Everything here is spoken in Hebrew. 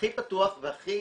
הכי פתוח והכי